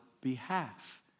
behalf